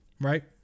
right